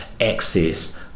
access